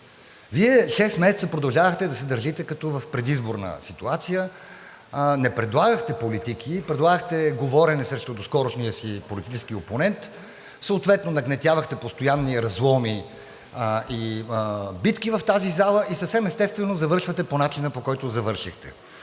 Вие шест месеца продължавахте да се държите като в предизборна ситуация, не предлагахте политики и предлагахте говорене срещу доскорошния си политически опонент, съответно нагнетявахте постоянни разломи и битки в тази зала, и съвсем естествено завършвате по начин, по който завършихте.